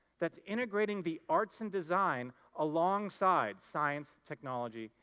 that's integrateing the arts and design alongside science, technology,